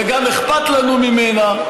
וגם אכפת לנו ממנה,